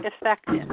effective